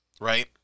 right